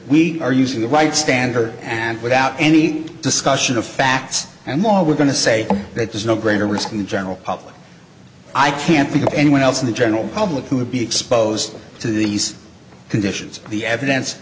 we are using the right stand her and without any discussion of facts and more we're going to say that there's no greater risk than the general public i can't think of anyone else in the general public who would be exposed to these conditions the evidence